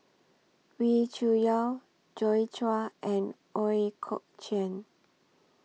Wee Cho Yaw Joi Chua and Ooi Kok Chuen